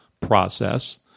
process